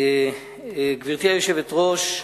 גברתי היושבת-ראש,